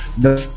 no